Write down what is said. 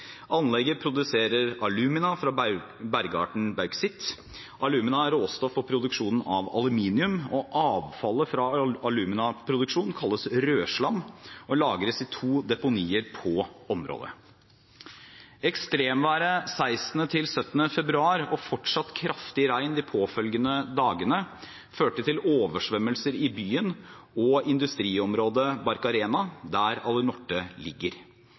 Anlegget produserer alumina fra bergarten bauksitt. Alumina er råstoff for produksjonen av aluminium. Avfallet fra aluminaproduksjonen kalles rødslam og lagres i to deponier på området. Ekstremværet 16.–17. februar og fortsatt kraftig regn de påfølgende dagene førte til oversvømmelser i byen og industriområdet Barcarena, der Alunorte ligger.